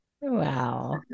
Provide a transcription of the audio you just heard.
Wow